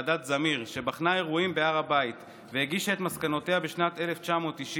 ועדת זמיר שבחנה אירועים בהר הבית והגישה את מסקנותיה בשנת 1990,